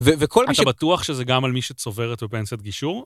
ו.. וכל מי ש.. אתה בטוח שזה גם על מי שצוברת ופנסית את גישור?